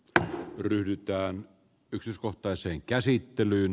sitä ryhdytään pikiskohtaiseen käsittelyyn